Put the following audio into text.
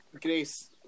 Grace